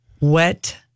wet